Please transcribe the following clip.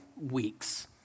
weeks